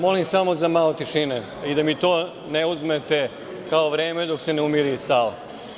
Molim samo za malo tišine i da mi to ne uzmete kao vreme dok se ne umiri sala.